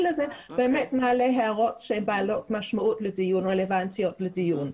לזה באמת מעלה הערות בעלות משמעות ורלוונטיות לדיון.